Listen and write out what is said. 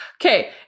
okay